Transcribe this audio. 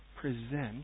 present